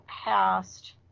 past